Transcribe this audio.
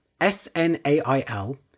S-N-A-I-L